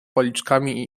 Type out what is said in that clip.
policzkami